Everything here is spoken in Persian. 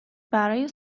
برای